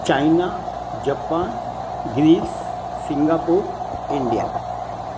China Japan Greece Singapore India